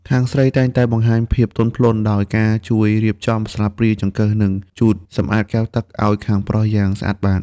ខាងស្រីតែងតែបង្ហាញភាពទន់ភ្លន់ ដោយការជួយរៀបចំស្លាបព្រា ចង្កឹះ និងជូតសម្អាតកែវទឹកឱ្យខាងប្រុសយ៉ាងស្អាតបាត។